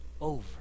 over